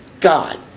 God